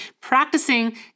practicing